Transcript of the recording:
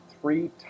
three